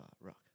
rock